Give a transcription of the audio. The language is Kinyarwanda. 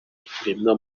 ikiremwa